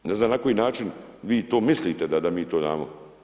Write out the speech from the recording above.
Ne znam na koji način vi to mislite, da mi to damo.